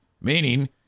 Meaning